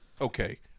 okay